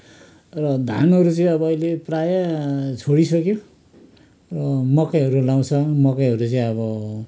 र धानहरू चाहिँ अब अहिले प्राय छोडिसक्यो र मकैहरू लगाउँछ मकैहरू चाहिँ अब